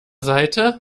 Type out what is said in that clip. seite